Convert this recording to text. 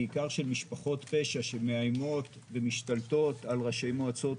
בעיקר של משפחות פשע שמאיימות ומשתלטות על ראשי מועצות,